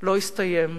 לא הסתיים.